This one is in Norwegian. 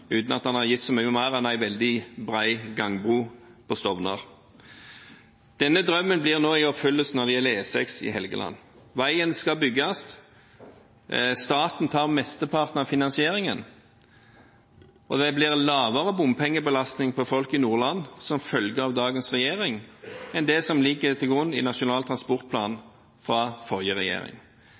uten at den har gitt så mye mer enn en veldig bred gangbro på Stovner. Denne drømmen går nå i oppfyllelse når det gjelder E6 i Helgeland. Veien skal bygges. Staten tar mesteparten av finansieringen, og det blir lavere bompengebelastning for folk i Nordland med dagens regjering enn det som ligger til grunn i Nasjonal transportplan fra forrige regjering.